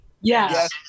Yes